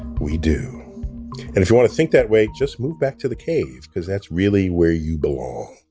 we do. and if you want to think that way, just move back to the cave, because that's really where you belong.